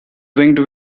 winged